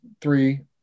three